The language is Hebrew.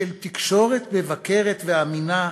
תקשורת מבקרת ואמינה,